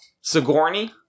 Sigourney